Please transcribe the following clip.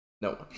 No